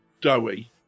doughy